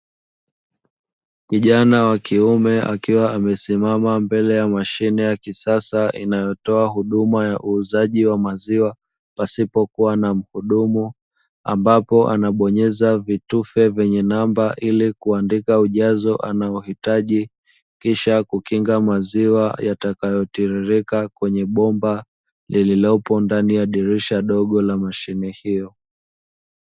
Kijana wa kiume akiwa amesimama mbele ya mashine ya kisasa inayotoa huduma ya uuzaji wa maziwa pasipo kuwa na mhudumu, ambapo anabonyeza vitufe vyenye namba ili kuandika ujazo anaohitaji kisha kukinga maziwa yatakayotiririka kwenye bomba lililopo ndani ya dirisha dogo la mashine hiyo.